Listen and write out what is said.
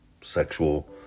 sexual